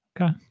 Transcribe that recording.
Okay